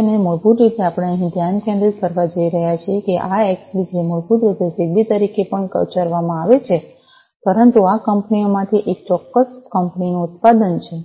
અને મૂળભૂત રીતે આપણે અહીં ધ્યાન કેન્દ્રિત કરવા જઈ રહ્યા છીએ આ એક્સબી જે મૂળભૂત રીતે જીગબી તરીકે પણ ઉચ્ચારવામાં આવે છે પરંતુ આ કંપનીઓમાંથી એક ચોક્કસ કંપનીનું ઉત્પાદન છે